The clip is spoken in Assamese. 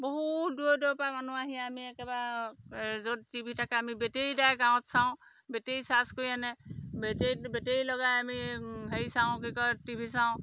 বহু দূৰে দূৰৰ পৰা মানুহ আহি আমি একেবাৰে য'ত টিভি থাকে আমি বেটেৰী দাই গাঁৱত চাওঁ বেটেৰী চাৰ্জ কৰি আনে বেটেই বেটেৰী লগাই আমি হেৰি চাওঁ কি কয় টিভি চাওঁ